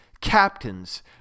captains